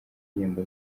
gihembo